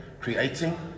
creating